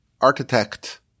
architect